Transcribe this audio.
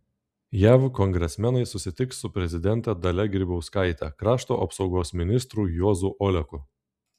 jav kongresmenai susitiks su prezidente dalia grybauskaite krašto apsaugos ministru juozu oleku